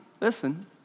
listen